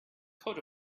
coat